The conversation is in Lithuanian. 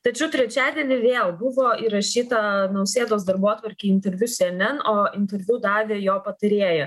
tačiau trečiadienį vėl buvo įrašyta nausėdos darbotvarkėj interviu syenen o interviu davė jo patarėja